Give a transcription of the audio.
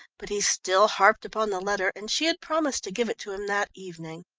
but he still harped upon the letter, and she had promised to give it to him that evening.